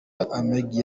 amge